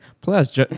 plus